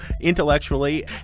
Intellectually